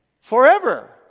forever